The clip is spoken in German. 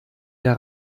der